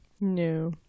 No